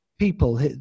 people